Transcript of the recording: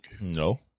no